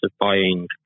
buying